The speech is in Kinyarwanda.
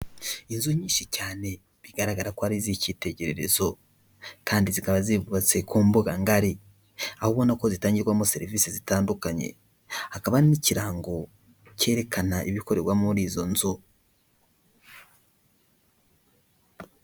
Inzu nyinshi cyane bigaragara ko ari iz'icyitegererezo kandi zikaba zubatse ku mbuga ngari, ahubwo ni uko zitangirwamo serivisi zitandukanye, hakaba n'ikirango cyerekana ibikorerwa muri izo nzu.